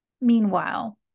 Meanwhile